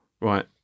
right